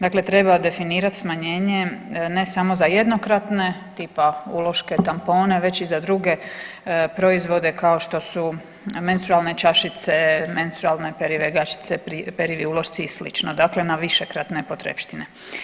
Dakle, treba definirat smanjenje ne samo za jednokratne tipa uloške, tampone već i za druge proizvode kao što su menstrualne čašice, menstrualne perive gaćice, perivi ulošci i sl. dakle na višekratne potrepštine.